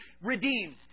redeemed